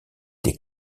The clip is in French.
des